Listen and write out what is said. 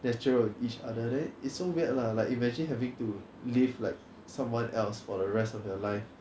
natural with each other then it's so weird lah like imagine having to live like someone else for the rest of your life